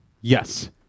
Yes